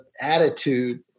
attitude